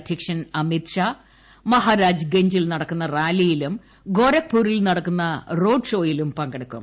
അധൃക്ഷൻ അമിത്ഷാ മഹരാജ്ഗഞ്ജിൽ നടക്കുന്ന റാലിയിലും ഗോരഖ്പൂരിൽ നടക്കുന്ന റോഡ് ഷോയിലും പങ്കെടുക്കും